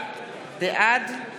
בעד